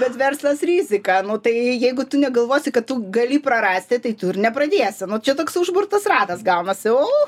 bet verslas rizika nu tai jeigu tu negalvosi kad tu gali prarasti tai tu ir nepradėsi nu čia toks užburtas ratas gaunasi o